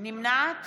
נמנעת